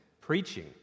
preaching